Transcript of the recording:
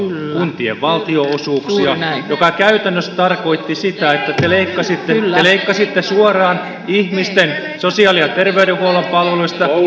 kuntien valtionosuuksia mikä käytännössä tarkoitti sitä että te leikkasitte suoraan ihmisten sosiaali ja terveydenhuollon palveluista